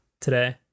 today